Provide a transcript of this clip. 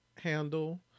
handle